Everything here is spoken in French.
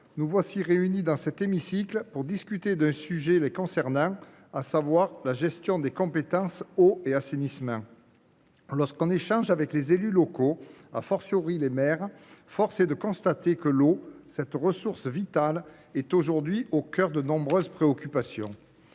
nous sommes réunis pour discuter d’un sujet les concernant, à savoir la gestion des compétences « eau » et « assainissement ». Lorsqu’on échange avec les élus locaux, les maires, force est de constater que l’eau, cette ressource vitale, est au cœur de nombreuses préoccupations.